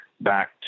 back